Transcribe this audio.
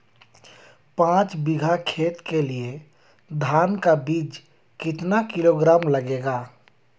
पाँच बीघा खेत के लिये धान का बीज कितना किलोग्राम लगेगा?